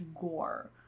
gore